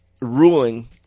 ruling